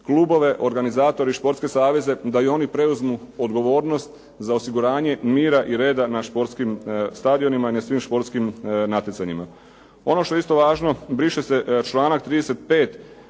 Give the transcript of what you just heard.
klubove, organizatore i športske saveze da i oni preuzmu odgovornost za osiguranje mira i reda na športskim stadionima i na svim športskim natjecanjima. Ono što je isto važno, briše članak 35.